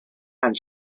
and